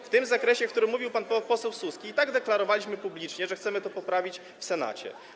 W zakresie, o którym mówił pan poseł Suski, deklarowaliśmy publicznie, że chcemy to poprawić w Senacie.